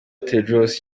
tedros